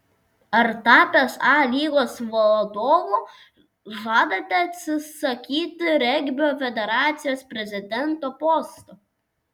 ar tapęs a lygos vadovu žadate atsisakyti regbio federacijos prezidento posto